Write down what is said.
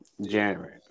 January